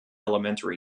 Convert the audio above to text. elementary